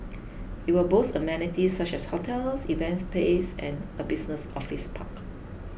it will boast amenities such as hotels events spaces and a business office park